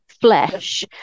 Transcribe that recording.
flesh